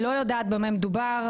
אני לא יודעת במה מדובר,